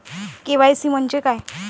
KYC म्हंजे काय?